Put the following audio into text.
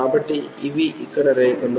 కాబట్టి ఇవి ఇక్కడ రేఖలు